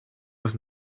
was